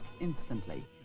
instantly